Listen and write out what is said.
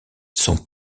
son